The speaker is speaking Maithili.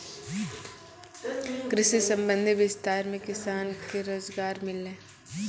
कृषि संबंधी विस्तार मे किसान के रोजगार मिल्लै